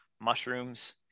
mushrooms